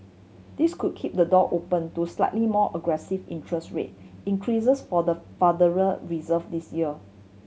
this could keep the door open to slightly more aggressive interest rate increases for the Federal Reserve this year